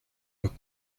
los